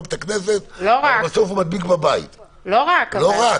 לא רק.